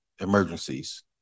emergencies